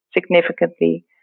significantly